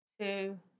two